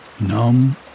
numb